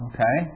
Okay